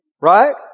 Right